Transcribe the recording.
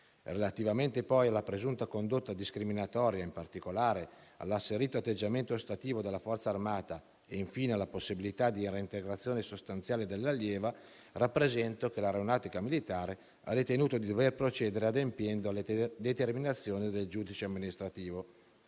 Relativamente poi alla presunta condotta discriminatoria in particolare, all'asserito atteggiamento ostativo della Forza armata e infine alla possibilità di reintegrazione sostanziale dell'allieva, rappresento che l'Aeronautica militare ha ritenuto di dover procedere adempiendo alle determinazioni del giudice amministrativo.